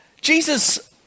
Jesus